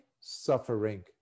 suffering